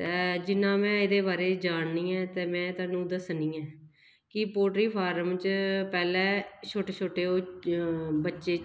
ते जिन्ना में एह्दे बारे च जाननी ऐं ते में तोआनू दस्सनी आं कि पोल्ट्री फार्म च पैह्लें छोटे छोटे ओह् बच्चे